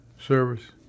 service